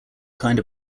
kind